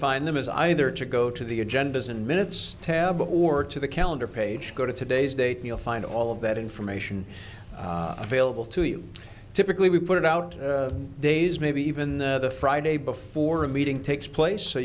find them is either to go to the agendas and minutes tab or to the calendar page go to today's date you'll find all of that information available to you typically we put out days maybe even the friday before a meeting takes place so